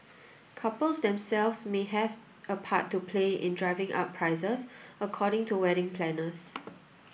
couples themselves may have a part to play in driving up prices according to wedding planners